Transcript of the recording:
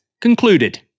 concluded